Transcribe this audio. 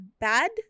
bad